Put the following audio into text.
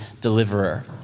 deliverer